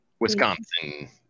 Wisconsin